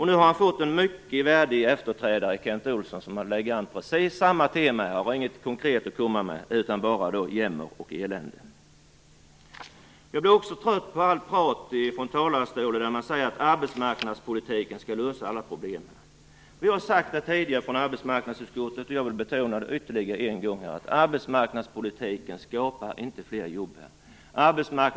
Nu har han fått en mycket värdig efterträdare i Kent Olsson, som lägger an precis samma tema. Han har inget konkret att komma med, utan det är bara jämmer och elände. Jag blir också trött på allt prat från talarstolen om att arbetsmarknadspolitiken skall lösa alla problem. Vi har sagt det tidigare från arbetsmarknadsutskottet, och jag vill betona det ytterligare en gång: Arbetsmarknadspolitiken skapar inte fler jobb.